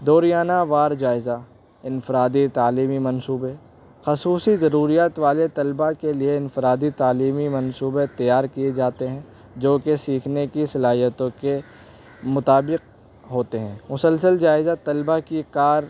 دوریانہ وار جائزہ انفرادی تعلیمی منصوبے خصوصی ضروریات والے طلبہ کے لیے انفرادی تعلیمی منصوبے تیار کیے جاتے ہیں جو کہ سیکھنے کی صلاحیتوں کے مطابق ہوتے ہیں مسلسل جائزہ طلبہ کی کار